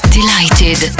Delighted